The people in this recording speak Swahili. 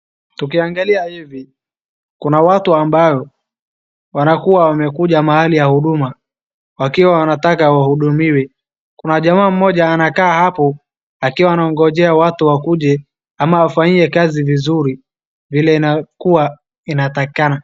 Tukiangalia hivi kuna watu ambao wanakuwa wamekuja mahali ya huduma ikiwa inataka wahudumiwe. Kuna jamaa mmoja anakaa hapo akiwa anaongojea watu wakuje ama awafanyie kazi vizuri vile inakuwa inatakikana.